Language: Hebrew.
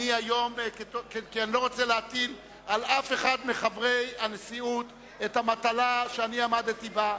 אני לא רוצה להטיל על אף אחד מחברי הנשיאות את המטלה שאני עמדתי בה,